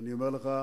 אני אומר לך,